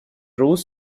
rose